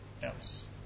else